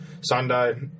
Sunday